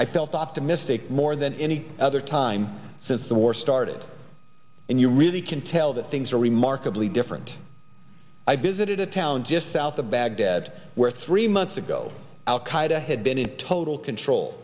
i felt optimistic more than any other time since the war started and you really can tell that things are remarkably different i visited a town just south of baghdad where three months ago al qaida had been in total control